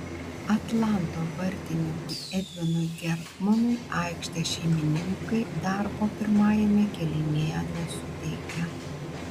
atlanto vartininkui edvinui gertmonui aikštės šeimininkai darbo pirmajame kėlinyje nesuteikė